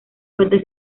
fuentes